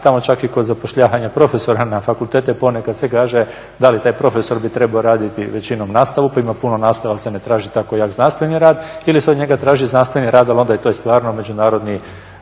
tamo čak i kod zapošljavanja profesora na fakultete ponekad se kaže da li taj profesor bi trebao raditi većinom nastavu pa ima puno nastave ali se ne traži tako jak znanstveni rad ili se od njega traži znanstveni rad ali onda je to i stvarno međunarodni